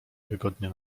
wygodnie